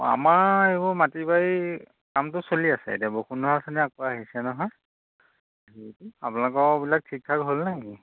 অঁ আমাৰ এইবোৰ মাটি বাৰী কামটো চলি আছে এতিয়া বসুন্ধৰা আঁচনি আকৌ আহিছে নহয় আপোনালোকৰ বিলাক ঠিক ঠাক হ'ল নেকি